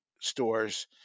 stores